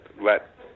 let